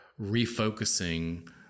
refocusing